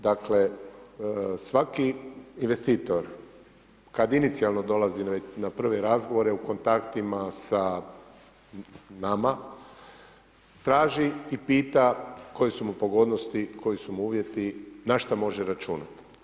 Dakle, svaki investitor, kad inicijalno dolazi na prve razgovore u kontaktima sa nama, traži i pita koje su mu pogodnosti, koji su mu uvjeti, na šta može računati.